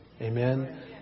Amen